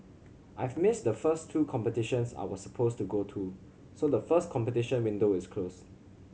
I've missed the first two competitions I was supposed to go to so the first competition window is closed